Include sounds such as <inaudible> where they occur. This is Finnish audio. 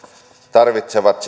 tarvitsevat <unintelligible>